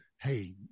Hey